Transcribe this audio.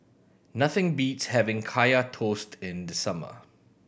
nothing beats having Kaya Toast in the summer